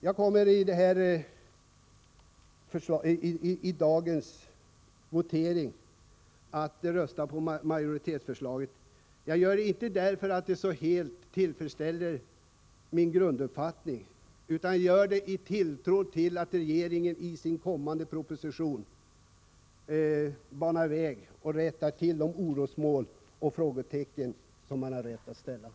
Jag kommer vid dagens votering att rösta för majoritetens förslag, inte därför att det helt tillfredsställer min grunduppfattning utan i tilltro till att regeringen i sin kommande proposition banar väg och föreslår sådana åtgärder att de orosmoln som finns kan skingras.